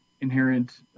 inherent